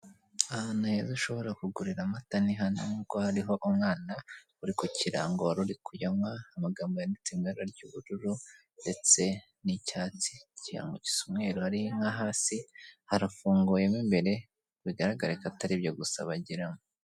Ahantu heza ushobora kugurira amata ni hano nkuko hariho umwana uri ku kirango, wari uri kuyanywa, amagambo yanditse mu ibara ry'ubururu ndetse n'icyatsi, ikirango gisa umweru hariko inka hasi, harafunguye mo imbere bigaragare ko atari byo gusa bagiramo.